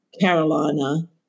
Carolina